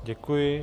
Děkuji.